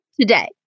today